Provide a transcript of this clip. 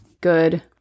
good